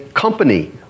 company